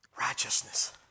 Righteousness